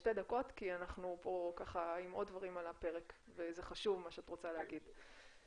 לשתי דקות כי אנחנו פה עם עוד דברים על הפרק ומה שאת רוצה לומר חשוב.